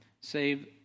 Save